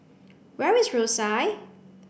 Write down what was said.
where is Rosyth